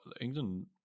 England